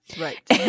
Right